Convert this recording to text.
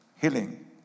healing